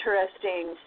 interesting